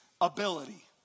ability